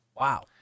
wow